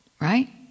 Right